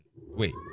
wait